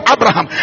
Abraham